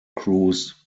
cruised